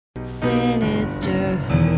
Sinister